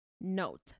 Note